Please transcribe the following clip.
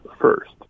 first